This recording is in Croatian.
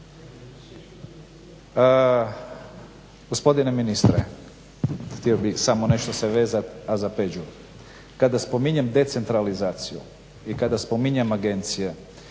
Gospodine ministre, htio bih samo nešto se vezat, a za Peđu, kada spominjem decentralizaciju i kada spominjem agencije